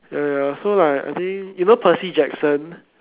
ya ya so like I think you know Percy Jackson